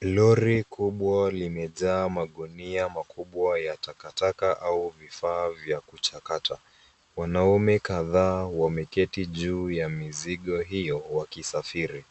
Lori kubwa limejaa magunia makubwa ya takataka au vifaa vya kuchakata. Wanaume kadhaa wameketi juh ya mizigo hio wakisafiri.